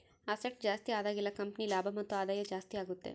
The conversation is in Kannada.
ಅಸೆಟ್ ಜಾಸ್ತಿ ಆದಾಗೆಲ್ಲ ಕಂಪನಿ ಲಾಭ ಮತ್ತು ಆದಾಯ ಜಾಸ್ತಿ ಆಗುತ್ತೆ